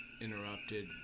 interrupted